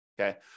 okay